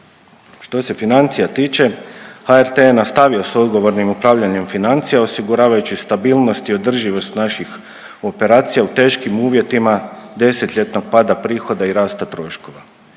Što se financija tiče, HRT je nastavio s odgovornim upravljanjem financija, osiguravajući stabilnost i održivost naših operacija u teškim uvjetima desetljetnog pada prihoda i rasta troškova.